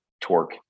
torque